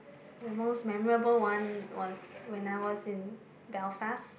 the most memorable one was when I was in Belfast